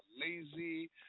lazy